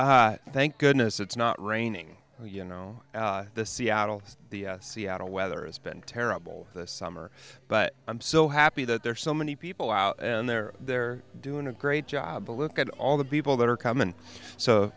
here thank goodness it's not raining and you know the seattle seattle weather has been terrible this summer but i'm so happy that there are so many people out and they're they're doing a great job but look at all the people that are common so